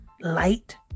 light